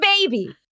baby